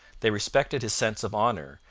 they respected his sense of honour,